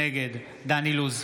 נגד דן אילוז,